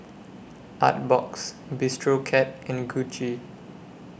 Artbox Bistro Cat and Gucci